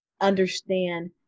Understand